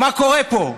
מה קורה פה?